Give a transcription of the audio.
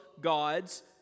God's